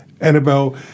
Annabelle